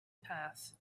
path